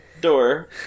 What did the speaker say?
door